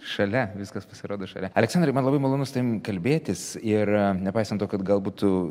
šalia viskas pasirodo šalia aleksandrai man labai malonu su tavim kalbėtis ir nepaisant to kad galbūt tu